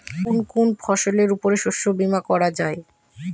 কোন কোন ফসলের উপর শস্য বীমা করা যায়?